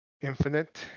Infinite